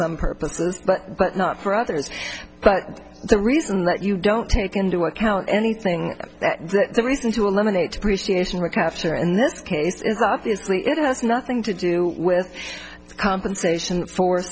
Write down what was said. some purposes but not for others but the reason that you don't take into account anything that the reason to eliminate depreciation recapture in this case is obviously it has nothing to do with compensation for